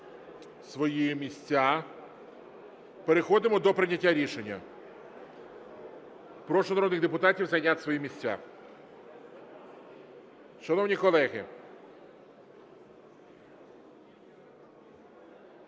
свої місця, переходимо до прийняття рішення. Прошу народних депутатів зайняти свої місця. Шановні колеги,